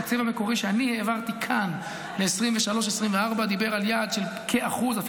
התקציב המקורי שאני העברתי כאן מ2023-2024 דיבר על יעד של כ-1% גירעון,